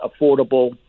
affordable